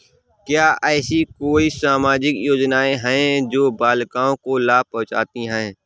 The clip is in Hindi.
क्या ऐसी कोई सामाजिक योजनाएँ हैं जो बालिकाओं को लाभ पहुँचाती हैं?